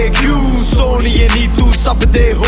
ah kyu sohniye ne tu sab but de